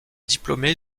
diplômée